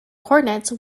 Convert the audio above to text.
coordinates